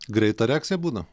greita reakcija būna